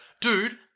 Dude